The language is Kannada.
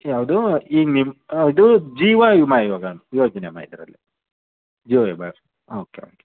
ಯಾವುದು ಈಗ ನಿಮ್ಮ ಇದು ಜೀವವಿಮಾ ಇವಾಗ ಯೋಜನೆಮ್ಮ ಇದರಲ್ಲಿ ಜೀವವಿಮೆ ಹಾಂ ಓಕೆ ಓಕೆ